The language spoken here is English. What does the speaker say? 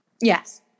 Yes